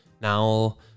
now